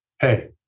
hey